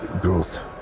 growth